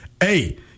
Hey